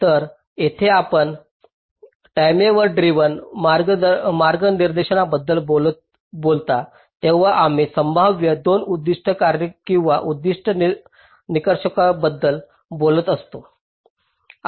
तर येथे जेव्हा आपण टाईमेवर ड्रिव्हन मार्गनिर्देशाबद्दल बोलता तेव्हा आम्ही संभाव्यत 2 उद्दीष्ट कार्ये किंवा उद्दीष्ट निकषांबद्दल बोलत असतो